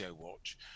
watch